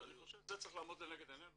אני חושב שזה צריך לעמוד לנגד עינינו,